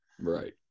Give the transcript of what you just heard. Right